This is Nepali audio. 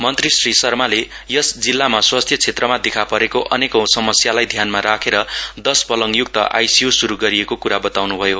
मन्त्री श्री शर्माले यस जिल्लामा स्वास्थ्य क्षेत्रमा देखापरेको अनेकौं समस्यहरूलाई ध्यानमा राखेर दस पल्डयुक्त आईसीयू शुरू गरिएको क्रा बताउनुभयो